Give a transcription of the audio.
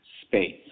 space